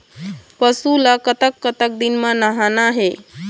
पशु ला कतक कतक दिन म नहाना हे?